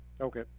Okay